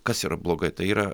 kas yra blogai tai yra